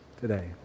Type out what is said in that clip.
today